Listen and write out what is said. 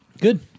good